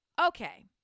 okay